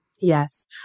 Yes